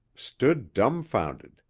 stood dumfounded.